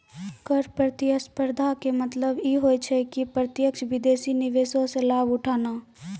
कर प्रतिस्पर्धा के मतलब इ होय छै कि प्रत्यक्ष विदेशी निवेशो से लाभ उठाना